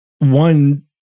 One